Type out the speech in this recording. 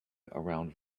around